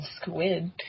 squid